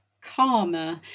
karma